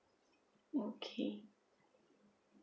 okay